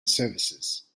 services